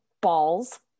balls